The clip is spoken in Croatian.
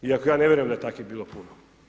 Iako ja ne vjerujem da je takvih bilo puno.